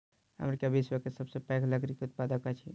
America विश्व के सबसे पैघ लकड़ी उत्पादक अछि